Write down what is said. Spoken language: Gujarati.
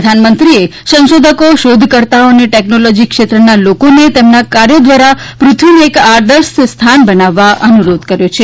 પ્રધાન મંત્રીએ સંશોધકો શોધકર્તાઓ અને ટેક્નોલૉજી ક્ષેત્રના લોકોને તેમના કર્યો દ્વારા પૃથ્વીને એક આદર્શ સ્થાન બનાવવા અનુરોધ કર્યો છે